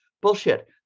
bullshit